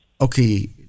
Okay